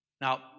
Now